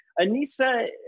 Anissa